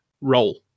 roll